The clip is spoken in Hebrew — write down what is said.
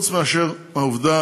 נוסף על כך,